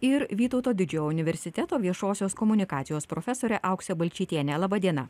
ir vytauto didžiojo universiteto viešosios komunikacijos profesore aukse balčytiene laba diena